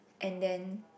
and then